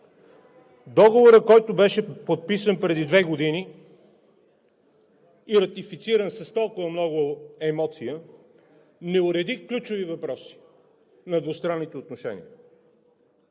договорът, който беше подписан преди две години и ратифициран с толкова много емоция, не уреди ключови въпроси на двустранните отношения,